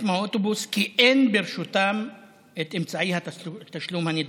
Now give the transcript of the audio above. מהאוטובוס כי אין ברשותם אמצעי התשלום הנדרש.